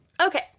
Okay